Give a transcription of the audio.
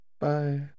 Bye